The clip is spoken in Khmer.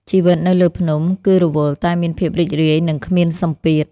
ជីវិតនៅលើភ្នំគឺរវល់តែមានភាពរីករាយ និងគ្មានសម្ពាធ។